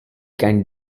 can